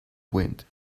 wind